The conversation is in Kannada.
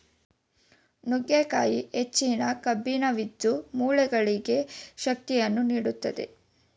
ನುಗ್ಗೆಕಾಯಿ ಹೆಚ್ಚಿನ ಕಬ್ಬಿಣವಿದ್ದು, ಮೂಳೆಗಳಿಗೆ ಶಕ್ತಿಯನ್ನು ನೀಡುತ್ತದೆ